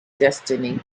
destiny